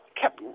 kept